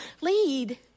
lead